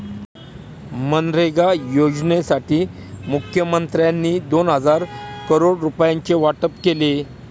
मनरेगा योजनेसाठी मुखमंत्र्यांनी दोन हजार करोड रुपयांचे वाटप केले